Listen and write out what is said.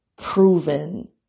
proven